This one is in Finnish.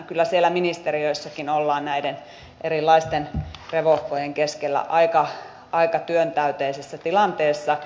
kyllä siellä ministeriöissäkin ollaan näiden erilaisten revohkojen keskellä aika työntäyteisessä tilanteessa